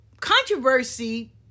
controversy